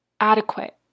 adequate